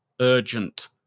urgent